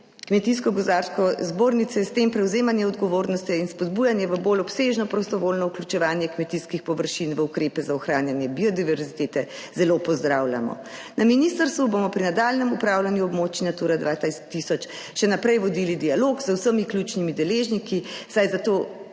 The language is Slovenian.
Kmetijsko gozdarske zbornice, s tem prevzemanje odgovornosti in spodbujanje v bolj obsežno prostovoljno vključevanje kmetijskih površin v ukrepe za ohranjanje biodiverzitete, zelo pozdravljamo. Na ministrstvu bomo pri nadaljnjem upravljanju območij Natura 200 še naprej vodili dialog z vsemi ključnimi deležniki, saj je